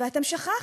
ואתם שכחתם.